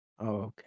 Okay